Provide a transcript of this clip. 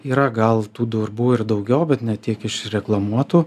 yra gal tų darbų ir daugiau bet ne tiek išreklamuotų